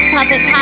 Puppet